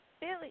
Billy